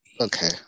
okay